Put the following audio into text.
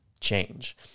change